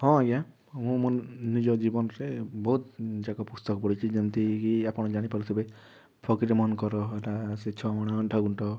ହଁ ଆଜ୍ଞା ମୁଁ ମୋ ନିଜ ଜୀବନ୍ରେ ବହୁତ୍ଯାକ ପୁସ୍ତକ ପଢ଼ିଛେଁ ଯେମିତିକି ଆପଣ୍ ଜାଣି ପାରୁଥିବେ ଫକୀର୍ ମୋହନଙ୍କର୍ ହେଲା ସେ ଛଅ ମାଣ ଆଠ ଗୁଣ୍ଠ